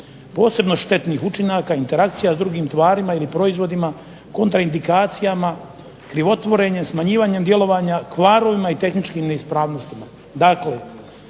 posebno štetnih učinaka, interakcija s drugim tvarima ili proizvodima, kontraindikacija, krivotvorenje, smanjivanjem djelovanja, kvarovima i tehničkim neispravnostima.